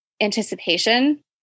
anticipation